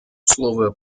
слово